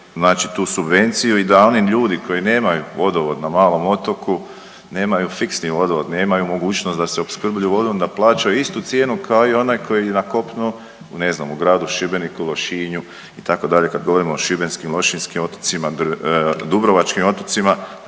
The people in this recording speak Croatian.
znači tu subvenciju i da oni ljudi koji nemaju vodovod na malom otoku, nemaju fiksni vodovod, nemaju mogućnost da se opskrbljuju vodom da plaćaju istu cijenu kao i onaj koji na kopnu ne znam u gradu Šibeniku, Lošinju itd. kad govorimo o šibenskim, lošinjskim otocima, dubrovačkim otocima